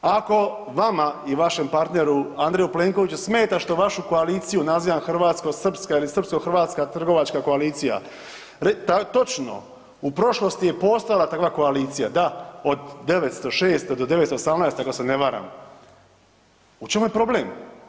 Ako vama i vašem partneru Andreju Plenkoviću smeta što vašu koaliciju nazivam hrvatsko-srpska ili srpsko-hrvatska trgovačka koalicija, točno u prošlosti je postojala takva koalicija da od 906. do 918. ako se ne varam, u čemu je problem?